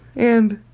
and